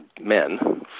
men